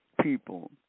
people